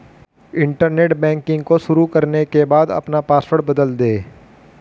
internet banking को शुरू करने के बाद अपना पॉसवर्ड बदल दे